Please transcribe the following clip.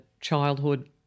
childhood